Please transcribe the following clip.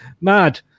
mad